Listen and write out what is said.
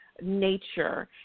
nature